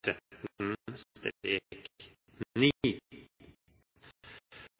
13 er